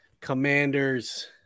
commanders